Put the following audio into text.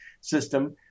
system